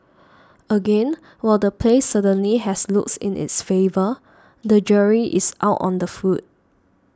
again while the place certainly has looks in its favour the jury is out on the food